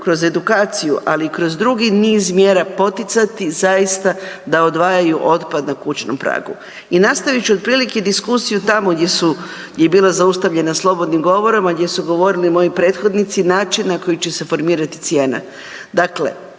kroz edukaciju, ali i kroz drugi niz mjera poticati zaista da odvajaju otpad na kućnom pragu. I nastavit ću otprilike diskusiju tamo gdje je bila zaustavljena slobodnim govorom, a gdje su govorili moji prethodnici način na koji će se formirati cijena. Dakle,